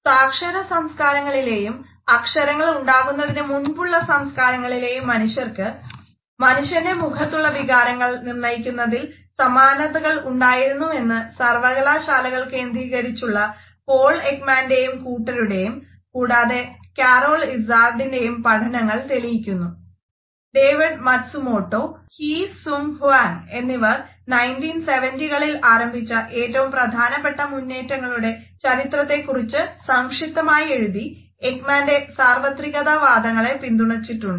സാക്ഷരസംസ്കാരങ്ങളിലെയും അക്ഷരങ്ങൾ ഉണ്ടാകുന്നതിനു മുൻപുള്ള സംസ്കാരങ്ങളിലെയും മനുഷ്യർക്ക് മനുഷ്യൻ്റെ മുഖത്തുള്ള വികാരങ്ങൾ നിർണയിക്കുന്നതിൽ സമാനതകൾ ഉണ്ടായിരുന്നുവെന്ന് സർവ്വകലാശാലകൾ കേന്ദ്രീകരിച്ചുള്ള പോൾ എക്മാൻ്റെയും കൂട്ടരുടേയും കൂടാതെ കരോൾ ഇസാർഡിൻ്റെയും എന്നിവർ 1970കളിൽ ആരംഭിച്ച ഏറ്റവും പ്രധാനപ്പെട്ട മുന്നേറ്റങ്ങളുടെ ചരിത്രത്തെക്കുറിച്ചു സംക്ഷിപ്തമായി എഴുതി എക്മാൻ്റെ സാർവത്രികതാവാദങ്ങളെ പിന്തുണച്ചിട്ടുണ്ട്